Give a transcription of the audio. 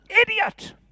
idiot